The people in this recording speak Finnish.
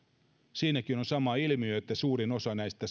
siinäkin on se sama ilmiö että suurin osa näistä